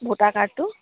voter কাৰ্ডটো